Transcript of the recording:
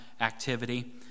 activity